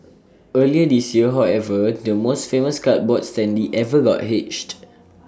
earlier this year however the most famous cardboard standee ever got hitched